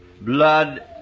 blood